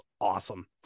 awesome